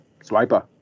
Swiper